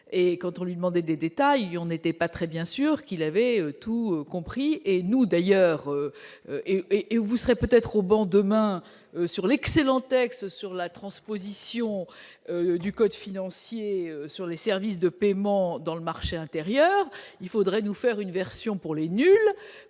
quand on lui demandait des détails, on n'était pas très bien sûr qu'il avait tout compris et nous d'ailleurs et et vous serez peut-être au banc demain. Sur l'excellent texte sur la transposition du code financier sur les services de paiement dans le marché intérieur, il faudrait nous faire une version pour les nuls